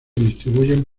distribuyen